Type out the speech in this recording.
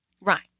Right